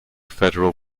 federal